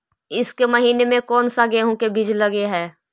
ईसके महीने मे कोन सा गेहूं के बीज लगे है?